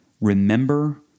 Remember